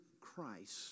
Christ